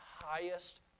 highest